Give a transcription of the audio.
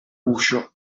guscio